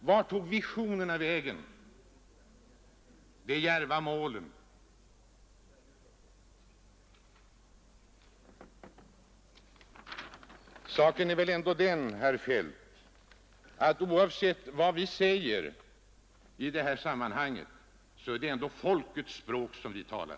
Vart tog visionerna vägen, de djärva målen? Saken är väl ändå den, herr Feldt, att oavsett vad vi säger i det här sammanhanget är det folkets språk som vi talar.